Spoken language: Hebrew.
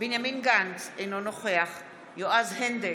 בנימין גנץ, אינו נוכח יועז הנדל,